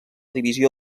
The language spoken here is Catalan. divisió